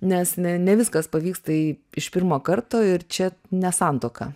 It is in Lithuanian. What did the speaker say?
nes ne ne viskas pavyksta iš pirmo karto ir čia ne santuoka